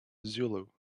zulu